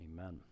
amen